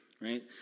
right